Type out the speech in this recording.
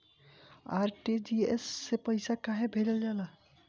RTGS से पइसा कहे भेजल जाला?